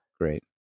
great